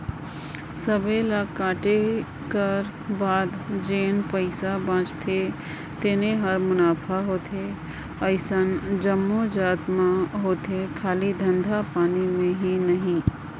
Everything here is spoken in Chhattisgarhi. सबे ल कांटे कर बाद जेन पइसा बाचथे तेने हर मुनाफा होथे अइसन जम्मो जाएत में होथे खाली धंधा पानी में ही नई